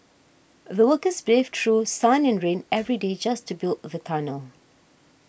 the workers braved through sun and rain every day just to build the tunnel